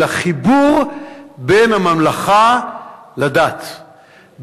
אלא חיבור בין הממלכה לדת,